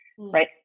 Right